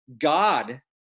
God